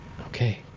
Okay